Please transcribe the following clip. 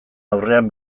aurrean